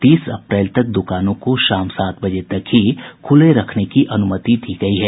तीस अप्रैल तक दुकानों को शाम सात बजे तक ही खुले रखने की अनुमति दी गयी है